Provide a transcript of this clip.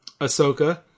Ahsoka